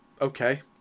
Okay